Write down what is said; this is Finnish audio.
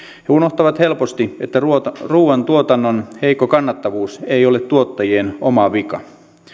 he unohtavat helposti että ruuantuotannon heikko kannattavuus ei ole tuottajien oma vika